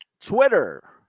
Twitter